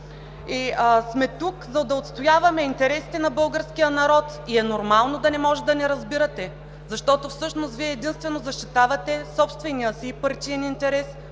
и сме тук, за да отстояваме интересите на българския народ. Нормално е да не може да ни разбирате, защото всъщност Вие защитавате единствено собствения си партиен интерес.